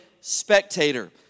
Spectator